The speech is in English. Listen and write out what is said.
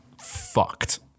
fucked